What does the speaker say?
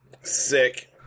Sick